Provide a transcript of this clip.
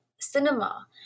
cinema